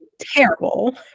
Terrible